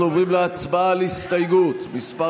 אנחנו עוברים להצבעה על הסתייגות מס'